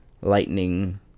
lightning